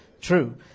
True